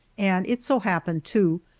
and it so happened, too,